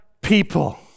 people